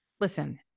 listen